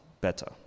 better